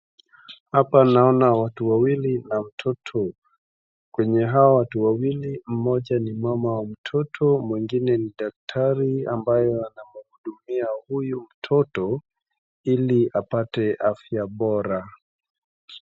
Hapa naona watu wawili na mtoto kwenye hawa watu wawili mmoja ni mama wa mtoto mwingine ni daktari ambaye anamuhudumia huyu mtoto ili apate afya bora.